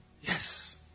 Yes